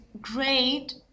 great